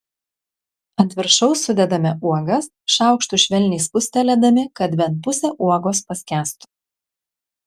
ant viršaus sudedame uogas šaukštu švelniai spustelėdami kad bent pusė uogos paskęstų